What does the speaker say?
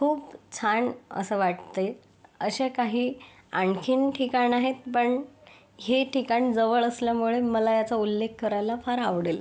खूप छान असं वाटते अशा काही आणखीन ठिकाण आहेत पण हे ठिकाण जवळ असल्यामुळे मला याचा उल्लेख करायला फार आवडेल